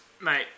Mate